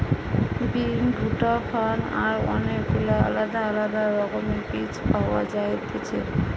বিন, ভুট্টা, ফার্ন আর অনেক গুলা আলদা আলদা রকমের বীজ পাওয়া যায়তিছে